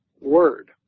word